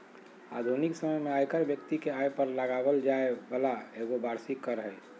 आधुनिक समय में आयकर व्यक्ति के आय पर लगाबल जैय वाला एगो वार्षिक कर हइ